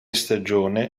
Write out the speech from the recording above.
stagione